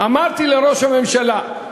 אמרתי לראש הממשלה: